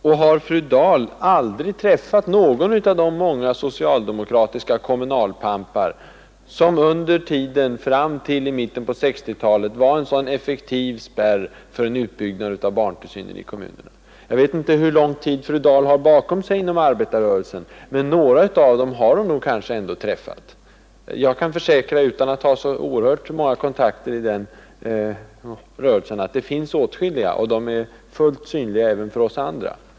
Och har fru Dahl aldrig träffat någon av de många socialdemokratiska kommunalpampar som under tiden fram till mitten av 1960-talet var en sådan effektiv spärr mot en utbyggnad av barnstugor i kommunerna? Jag vet inte hur lång tid fru Dahl har bakom sig inom arbetarrörelsen, men några av dem har hon kanske ändå träffat. Jag kan försäkra, utan att ha så oerhört många kontakter i den rörelsen, att det finns åtskilliga, och de är fullt synliga även för oss andra.